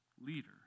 leader